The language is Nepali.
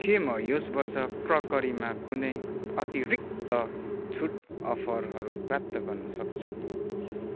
के म यस वर्ष क्रकरीमा कुनै अतिरिक्त छुट अफरहरू प्राप्त गर्नसक्छु